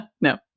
No